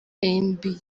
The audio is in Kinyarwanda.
amb